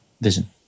vision